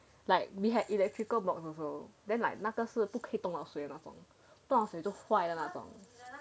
like we had electrical box also then like 那个是不可以动到水那种动到水就坏那种